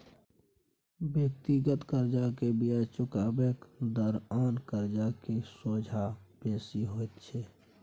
व्यक्तिगत कर्जा के बियाज चुकेबाक दर आन कर्जा के सोंझा बेसी होइत छै